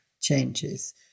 changes